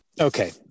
Okay